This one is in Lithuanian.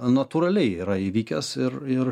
natūraliai yra įvykęs ir ir